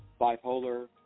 bipolar